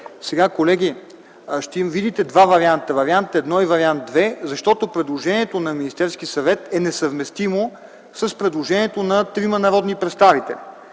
Колеги, ще видите два варианта: вариант І и вариант ІІ, защото предложението на Министерския съвет е несъвместимо с предложението на трима народни представители